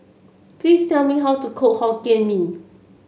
please tell me how to cook Hokkien Mee